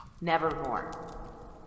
Nevermore